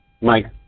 Mike